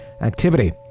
activity